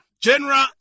General